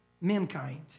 mankind